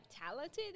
talented